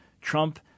Trump